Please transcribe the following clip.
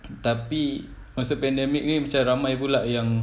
tapi masa pandemic ni macam ramai pula yang